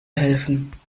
helfen